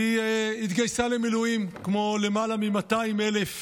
והיא התגייסה למילואים, כמו למעלה מ-200,000